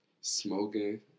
smoking